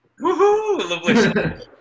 Woohoo